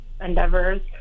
endeavors